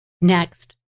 Next